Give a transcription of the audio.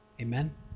Amen